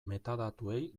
metadatuei